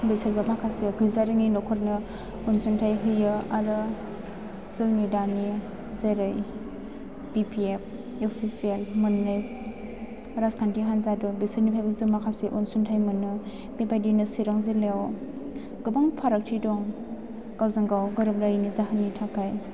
बिसोरो माखासे गैजारोङि न'खरनो अनसुंथाइ होयो आरो जोंनि दानि जेरै B P F U P P L मोननै राजखान्थि हान्जा दं बिसोरनिफ्राय माखासे अनसुंथाइ मोनो बेबायदिनो चिरां जिल्लायाव गोबां फारागथि दं गावजोंगाव गोरोबलायिनि जाहोननि थाखाय